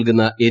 നൽകുന്ന എൻ